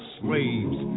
slaves